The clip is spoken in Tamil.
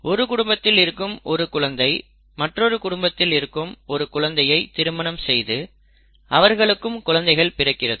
ஒரு குடும்பத்தில் இருக்கும் ஒரு குழந்தை மற்றொரு குடும்பத்தில் இருக்கும் ஒரு குழந்தையை திருமணம் செய்து அவர்களுக்கும் குழந்தைகள் பிறக்கிறது